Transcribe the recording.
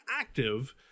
active